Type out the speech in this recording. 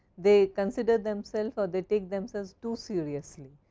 they consider themselves or they take themselves too seriously.